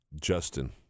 Justin